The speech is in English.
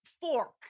fork